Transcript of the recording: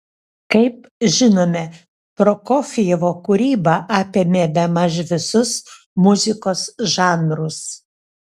kaip žinome prokofjevo kūryba apėmė bemaž visus muzikos žanrus